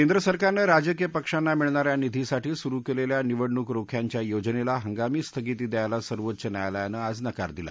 केंद्र सरकारनं राजकीय पक्षांना मिळणाऱ्या निधीसाठी सुरु केलेल्या निवडणूक रोख्यांच्या योजनेला हंगामी स्थगिती द्यायला सर्वोच्च न्यायालयानं आज नकार दिला